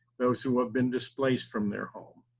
those who have been displaced from their home.